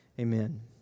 Amen